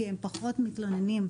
כי הם פחות מתלוננים.